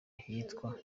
ahitwa